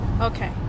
okay